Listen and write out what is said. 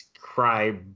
cry